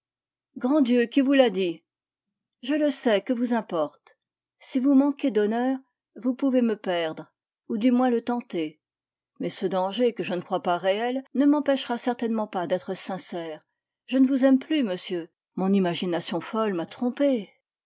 grand dieu qui vous l'a dit je le sais que vous importe si vous manquez d'honneur vous pouvez me perdre ou du moins le tenter mais ce danger que je ne crois pas réel ne m'empêchera certainement pas d'être sincère je ne vous aime plus monsieur mon imagination folle m'a trompée